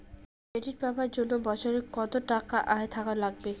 Credit পাবার জন্যে বছরে কত টাকা আয় থাকা লাগবে?